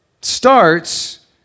starts